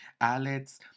Alex